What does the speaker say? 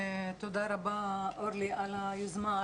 תודה רבה אורלי על היוזמה,